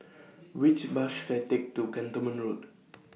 Which Bus should I Take to Cantonment Road